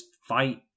fight